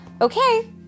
Okay